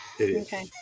Okay